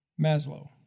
Maslow